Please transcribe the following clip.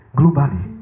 globally